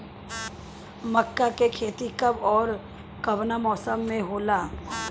मका के खेती कब ओर कवना मौसम में होला?